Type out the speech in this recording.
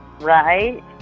Right